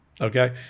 okay